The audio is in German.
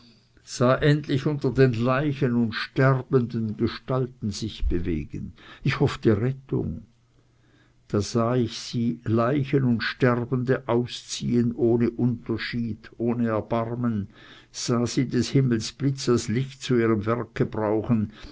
unter den leichen und sterbenden gestalten sich bewegen ich hoffte rettung da sah ich sie leichen und sterbende ausziehen ohne erbarmen sah sie des himmels blitz als licht zu ihrem werke brauchen